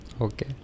okay